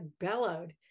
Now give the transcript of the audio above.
bellowed